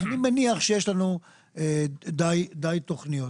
אני מניח שיש לנו די תוכניות.